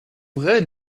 vrai